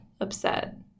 upset